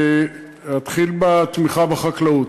אתחיל בתמיכה בחקלאות.